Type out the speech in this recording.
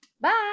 Bye